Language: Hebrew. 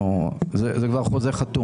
כבר חוזה חתום.